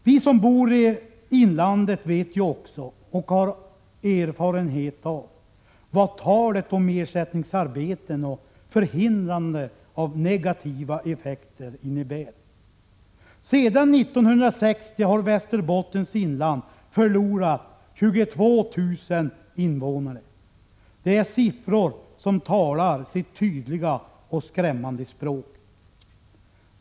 Vi som bor i inlandet vet också — och har erfarenhet av — vad talet om ersättningsarbeten och förhindrande av negativa effekter innebär. Sedan 1960 har Västerbottens inland förlorat 22 000 invånare — det är siffror som talar sitt tydliga och skrämmande språk.